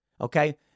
okay